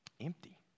empty